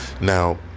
Now